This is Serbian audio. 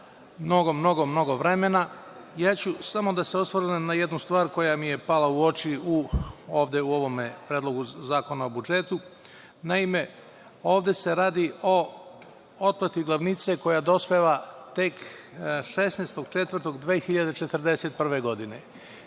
zahteva mnogo, mnogo vremena. Samo ću se osvrnuti na jednu stvar koja mi je pala u oči ovde u ovom Predlogu zakona o budžetu. Naime, ovde se radi o otplati glavnice koja dospeva tek 16. aprila 2041. godine.